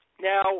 Now